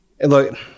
Look